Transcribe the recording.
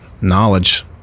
knowledge